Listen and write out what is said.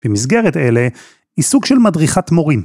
במסגרת אלה, עיסוק של מדריכת מורים.